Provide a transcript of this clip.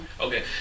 okay